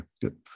Good